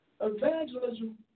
evangelism